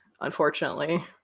unfortunately